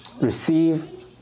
receive